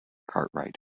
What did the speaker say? cartwright